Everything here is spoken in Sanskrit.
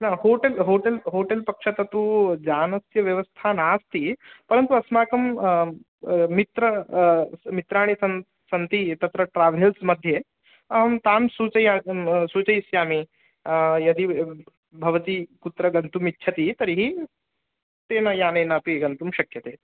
न होटेल् होटेल् होटेल् पक्षतः तु यानस्य व्यवस्था नास्ति परन्तु अस्माकं मित्र मित्राणि सन् सन्ति तत्र ट्राह्वेल्स् मध्ये अहं तां सूचया सूचयिष्यामि यदि भवती कुत्र गन्तुमिच्छति तर्हि तेन यानेन अपि गन्तुं शक्यते